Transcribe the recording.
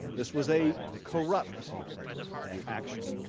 this was a corrupt action.